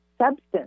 substance